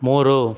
ಮೂರು